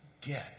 Get